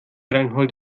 reinhold